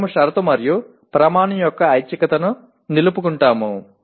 మేము షరతు మరియు ప్రమాణం యొక్క ఐచ్ఛికతను నిలుపుకుంటాము